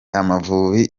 amavubi